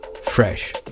fresh